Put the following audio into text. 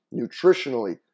nutritionally